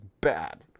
bad